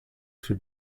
für